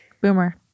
Boomer